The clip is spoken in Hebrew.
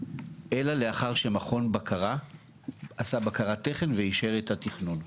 אלא לאחר שמכון בקרה עשה בקרת תכן ואישר את התכנון.